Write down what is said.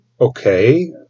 Okay